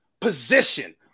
position